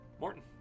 Morton